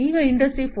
ಈಗ ಇಂಡಸ್ಟ್ರಿ 4